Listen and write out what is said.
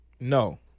No